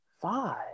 Five